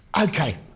Okay